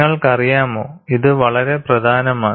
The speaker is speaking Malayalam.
നിങ്ങൾക്കറിയാമോ ഇത് വളരെ പ്രധാനമാണ്